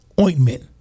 ointment